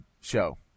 show